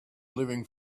living